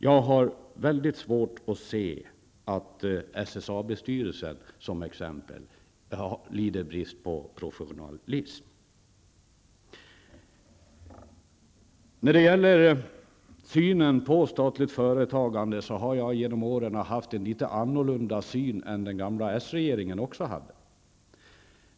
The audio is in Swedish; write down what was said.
Jag har svårt att se att t.ex. SSAB-styrelsen lider brist på professionalism. När det gäller synen på statligt företagande har jag genom åren haft en litet annorlunda syn än den gamla socialdemokratiska regeringen hade.